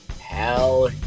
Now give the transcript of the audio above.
Hell